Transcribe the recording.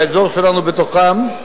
והאזור שלנו בתוכם,